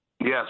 Yes